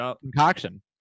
concoction